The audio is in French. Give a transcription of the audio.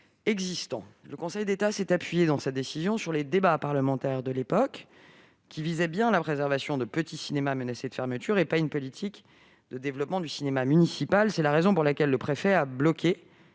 existants. Il s'est appuyé dans sa décision sur les débats parlementaires de l'époque, qui visaient bien la préservation de petits cinémas menacés de fermeture, et non une politique de développement du cinéma municipal. C'est la raison pour laquelle le préfet a bloqué